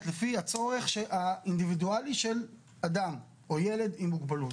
לפי הצורך האינדיבידואלי של אדם או ילד עם מוגבלות.